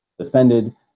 suspended